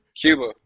Cuba